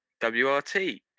WRT